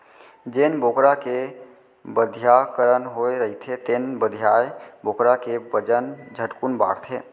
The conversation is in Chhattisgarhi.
जेन बोकरा के बधियाकरन होए रहिथे तेन बधियाए बोकरा के बजन झटकुन बाढ़थे